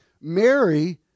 Mary